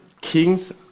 Kings